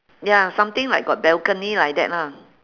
ya something like got balcony like that lah